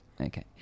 Okay